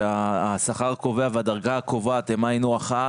שהשכר הקובע והדרגה הקובעת הם היינו הך,